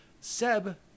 Seb